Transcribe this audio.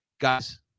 guys